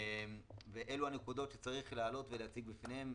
אלה הנקודות שצריך להעלות ולהציג בפניהם,